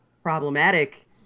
problematic